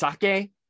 Sake